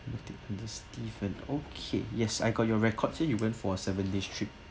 booking under steven okay yes I got your record here you went for seven days trip